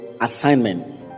assignment